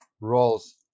roles